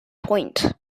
point